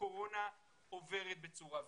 הקורונה עוברת בצורה ויראלית.